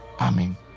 Amen